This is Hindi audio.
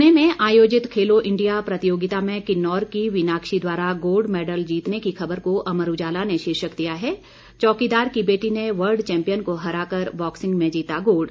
पूणे में आयोजित खेलो इंडिया प्रतियोगिता में किन्नौर की विनाक्षी द्वारा गोल्ड मेडल जीतने की खबर को अमर उजाला ने शीर्षक दिया है चौकीदार की बेटी ने वर्ल्ड चैंपियन को हराकर बॉक्सिंग में जीता गोल्ड